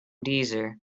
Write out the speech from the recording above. deezer